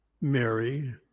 Mary